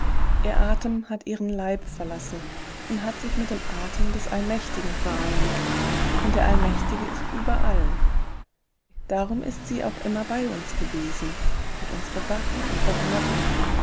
ihr atem hat ihren leib verlassen und hat sich mit dem atem des allmächtigen vereinigt und der allmächtige ist überall darum ist sie auch immer bei uns gewesen hat uns bewacht und beraten